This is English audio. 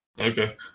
Okay